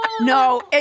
No